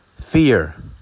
Fear